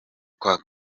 kwa